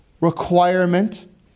requirement